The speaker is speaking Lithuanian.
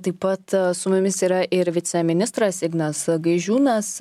taip pat su mumis yra ir viceministras ignas gaižiūnas